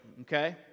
Okay